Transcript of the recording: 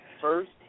first